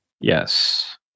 yes